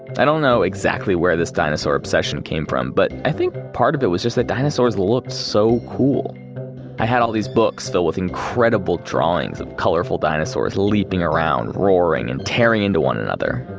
i don't know exactly where this dinosaur obsession came from, but i think part of it was just that they looked so cool. i had all these books filled with incredible drawings of colorful dinosaurs leaping around, roaring, and tearing into one another.